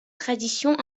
traditions